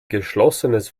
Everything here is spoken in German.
geschlossenes